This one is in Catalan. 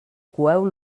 coeu